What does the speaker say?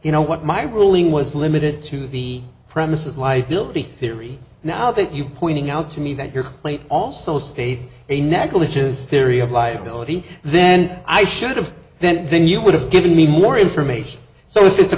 you know what my ruling was limited to the premises liability theory now that you pointing out to me that your complaint also states a negligence theory of liability then i should've then then you would have given me more information so if it's a